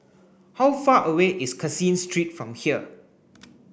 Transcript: how far away is Caseen Street from here